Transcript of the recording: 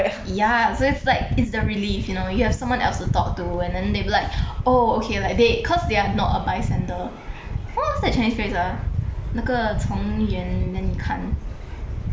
ya so it's like it's the relief you know you have someone else to talk to and then they'll be like oh okay like they cause they are not a bystander wha~ what's that chinese phrase ah 那个从远 then 你看